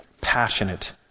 passionate